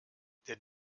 der